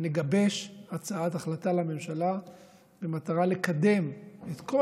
נגבש הצעת החלטה לממשלה במטרה לקדם את כל